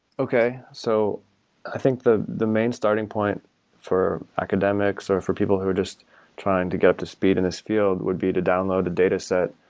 okay. so i think the the main starting point for academics or for people who are just trying to get up to speed in this field would be to download the dataset,